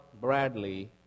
Bradley